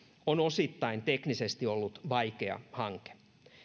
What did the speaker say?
on osittain ollut teknisesti vaikea hanke